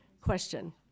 question